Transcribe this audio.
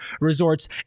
Resorts